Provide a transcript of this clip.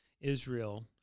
Israel